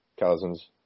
Cousins